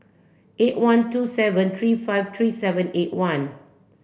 eight one two seven three five three seven eight one